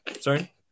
Sorry